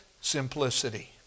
simplicity